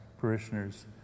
parishioners